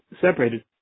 separated